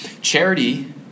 charity